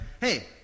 hey